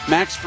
Max